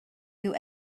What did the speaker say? who